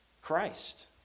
Christ